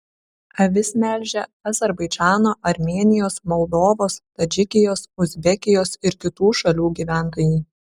avis melžia azerbaidžano armėnijos moldovos tadžikijos uzbekijos ir kitų šalių gyventojai